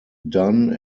done